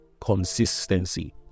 consistency